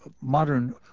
modern